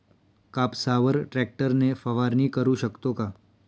कापसावर ट्रॅक्टर ने फवारणी करु शकतो का?